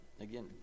Again